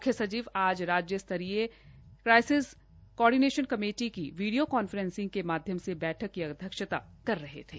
मुख्य सचिव आज राज्य स्तरीय क्राईसिस कार्डिनेशन कमेटी की वीडियो कॉन्फ्रेसिंग के माध्यम से बैठक की अध्यक्षता कर रहे थे